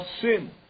sin